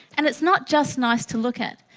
and it's not just nice to look at.